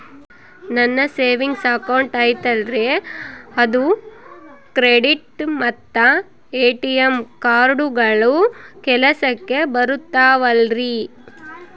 ನನ್ನ savings account ಐತಲ್ರೇ ಅದು ಕ್ರೆಡಿಟ್ ಮತ್ತ ಎ.ಟಿ.ಎಂ ಕಾರ್ಡುಗಳು ಕೆಲಸಕ್ಕೆ ಬರುತ್ತಾವಲ್ರಿ?